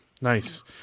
Nice